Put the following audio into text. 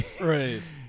Right